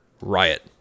riot